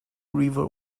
river